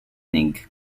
ning